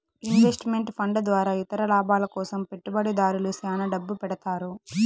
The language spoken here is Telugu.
ఇన్వెస్ట్ మెంట్ ఫండ్ ద్వారా ఇతర లాభాల కోసం పెట్టుబడిదారులు శ్యాన డబ్బు పెడతారు